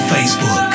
Facebook